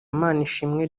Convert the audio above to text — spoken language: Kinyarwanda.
manishimwe